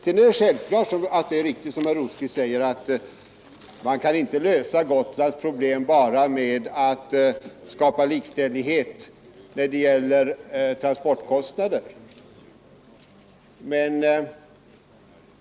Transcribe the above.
Sedan är det självklart riktigt som herr Rosqvist säger att man inte kan lösa Gotlands problem bara med att skapa likställighet när det gäller transportkostnader.